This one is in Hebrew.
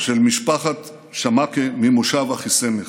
של משפחת שמקה ממושב אחיסמך.